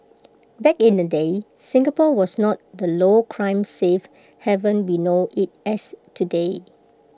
back in the day Singapore was not the low crime safe heaven we know IT as today